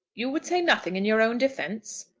you would say nothing in your own defence.